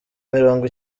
mirongo